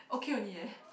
okay only eh